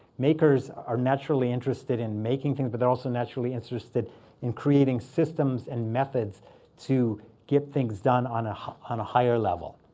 makers are naturally interested in making things, but they're also naturally interested in creating systems and methods to get things done on on a higher level.